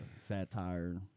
satire